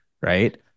right